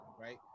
right